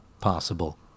possible